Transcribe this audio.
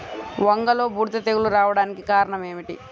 వంగలో బూడిద తెగులు రావడానికి కారణం ఏమిటి?